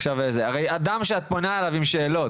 הרי אדם שאת פונה אליו עם שאלות,